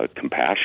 compassion